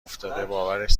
افتاده، باورش